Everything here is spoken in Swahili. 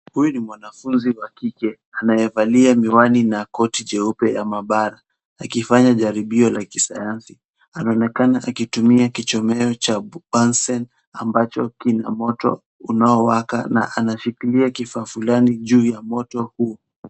Huyu ni mwanafunzi wa kike, anayevalia miwani na koti jeupe ya maabara, akifanya jaribio la kisayansi. Anaonekana akitumia kichomeo cha bunsen ambacho kina moto unaowaka na anashikilia kifaa fulani ju ya moto huo.